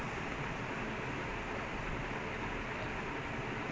who watch them calls him machine he deserves it